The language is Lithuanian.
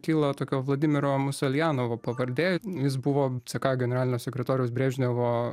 kyla tokio vladimiro musaljanovo pavardė jis buvo ck generalinio sekretoriaus brežnevo